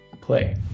play